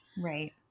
Right